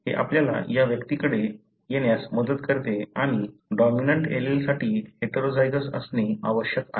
हे आपल्याला या व्यक्तीकडे येण्यास मदत करते आणि डॉमिनंट एलीलसाठी हेटेरोझायगस असणे आवश्यक आहे